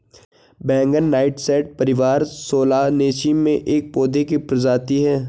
बैंगन नाइटशेड परिवार सोलानेसी में एक पौधे की प्रजाति है